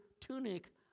tunic